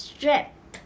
Strip